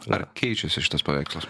ar keičiasi šitas paveikslas